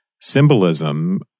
symbolism